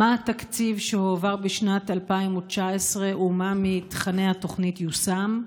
3. מה התקציב שהועבר בשנת 2019 ומה מתוכני התוכנית יושם?